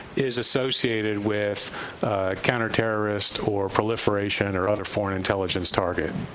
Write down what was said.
is associated with counterterrorist or proliferation or other foreign intelligence target.